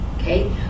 Okay